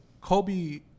Kobe